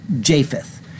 Japheth